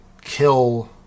kill